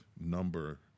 number